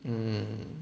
um